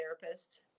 therapist